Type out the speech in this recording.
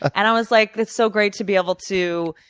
and i was like, it's so great to be able to,